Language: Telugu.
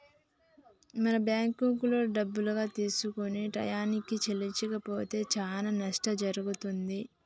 మనం బ్యాంకులో డబ్బులుగా తీసుకొని టయానికి చెల్లించకపోతే చానా నట్టం జరుగుతుంది